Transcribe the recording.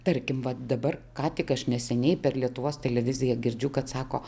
tarkim vat dabar ką tik aš neseniai per lietuvos televiziją girdžiu kad sako